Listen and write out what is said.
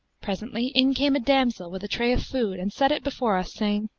presently, in came a damsel with a tray of food and set it before us, saying,